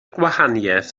gwahaniaeth